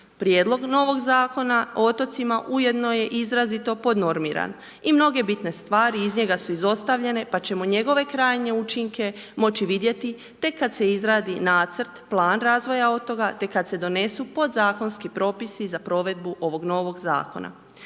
Prijedlog novog Zakona o otocima ujedno je i izrazito podnormiran i mnoge bitne stvari iz njega su izostavljene pa ćemo njegove krajnje učinke moći vidjeti tek kad se izradi nacrt, plan razvoj otoka te kad se donesu podzakonski propisi za provedbu ovog novog zakona.